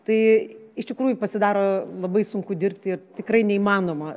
tai iš tikrųjų pasidaro labai sunku dirbti ir tikrai neįmanoma